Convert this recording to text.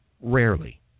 rarely